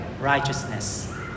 righteousness